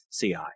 CI